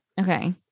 Okay